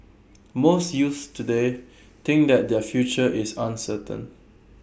most youths today think that their future is uncertain